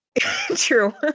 True